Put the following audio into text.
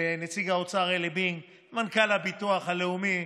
לנציג האוצר עלי בינג, למנכ"ל הביטוח הלאומי,